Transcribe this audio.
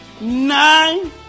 nine